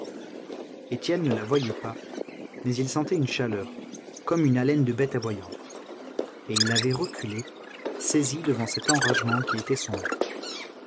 ne la voyait pas mais il sentait une chaleur comme une haleine de bête aboyante et il avait reculé saisi devant cet enragement qui était son oeuvre